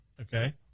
Okay